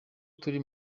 turi